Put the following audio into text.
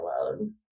alone